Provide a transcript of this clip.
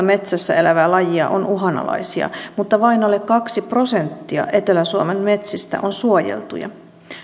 metsässä elävää lajia on uhanalaisia mutta vain alle kaksi prosenttia etelä suomen metsistä on suojeltuja